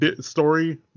story